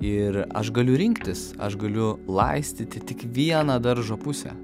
ir aš galiu rinktis aš galiu laistyti tik vieną daržo pusę